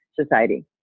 society